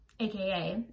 aka